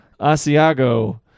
Asiago